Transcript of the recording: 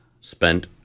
spent